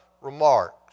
remarks